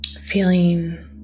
Feeling